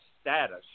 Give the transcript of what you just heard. status